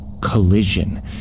collision